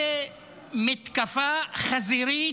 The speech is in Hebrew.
ומתקפה חזירית